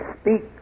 speak